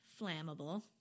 flammable